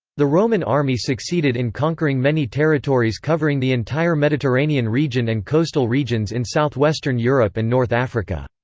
the roman army succeeded in conquering many territories covering the entire mediterranean region and coastal regions in southwestern europe and north africa.